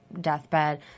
deathbed